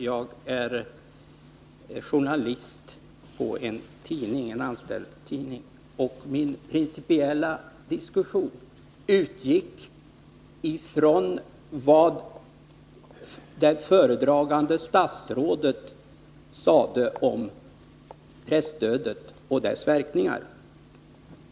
Jag är en anställd journalist vid en tidning, och min principiella diskussion utgick ifrån vad det föredragande statsrådet sade om presstödet och dess verkningar.